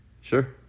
Sure